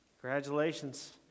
congratulations